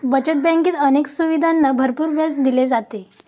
बचत बँकेत अनेक सुविधांना भरपूर व्याज दिले जाते